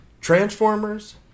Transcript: Transformers